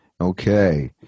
Okay